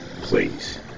please